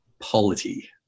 polity